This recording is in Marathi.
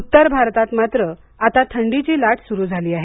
उत्तर भारतात मात्र आता थंडीची लाट सुरू झाली आहे